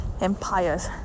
empires